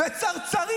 וצרצרים.